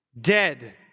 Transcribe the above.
dead